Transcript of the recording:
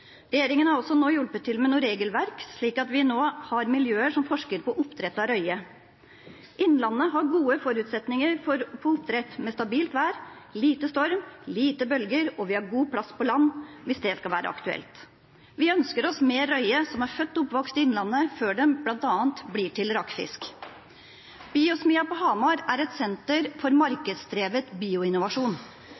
Regjeringen har også nå hjulpet til med noe regelverk slik at vi nå har miljøer som forsker på oppdrett av røye. Innlandet har gode forutsetninger for oppdrett med stabilt vær, lite storm og lite bølger, og vi har god plass på land, hvis det skal være aktuelt. Vi ønsker oss mer røye som er født og oppvokst i Innlandet før den blir til bl.a. rakfisk. Biosmia på Hamar er et senter for